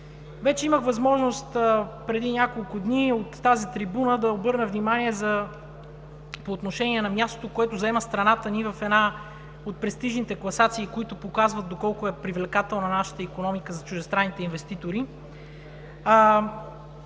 Вече имах възможност преди няколко дни от тази трибуна да обърна внимание по отношение на мястото, което заема страната ни в една от престижните класации, които показват доколко е привлекателна нашата икономика за чуждестранните инвеститори